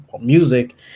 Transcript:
music